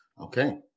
Okay